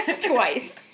twice